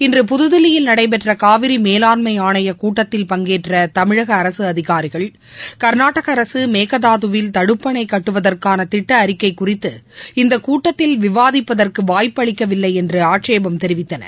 இன்று புதுதில்லியில் நடைபெற்ற காவிரி மேலாண்மை ஆணையக் கூட்டத்தில் பங்கேற்ற தமிழக அரசு அதிகாரிகள் கள்நாடக அரசு மேகதாதுவில் தடுப்பணை கட்டுவதற்கான திட்ட அறிக்கை குறித்து இந்த கூட்டத்தில் விவாதிப்பதற்கு வாய்ப்பு அளிக்கவில்லை என்று ஆட்சேபம் தெரிவித்தனர்